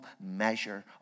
measure